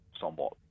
somewhat